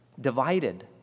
divided